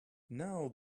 now